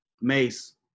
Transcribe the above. Mace